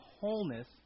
wholeness